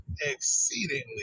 exceedingly